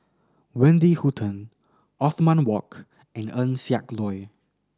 Wendy Hutton Othman Wok and Eng Siak Loy